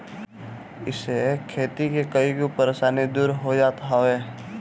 इसे खेती के कईगो परेशानी दूर हो जात हवे